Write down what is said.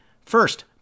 First